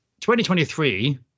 2023